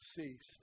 ceased